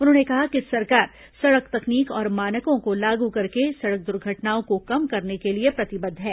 उन्होंने कहा कि सरकार सड़क तकनीक और मानकों को लागू करके सड़क दुर्घटनाओं को कम करने के लिए प्रतिबद्ध हैं